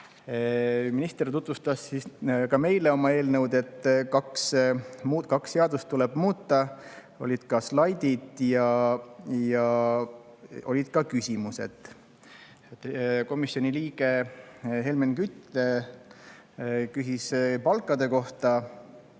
Minister tutvustas meile oma eelnõu, et kaht seadust tuleb muuta. Olid ka slaidid ja olid ka küsimused. Komisjoni liige Helmen Kütt küsis palkade kohta.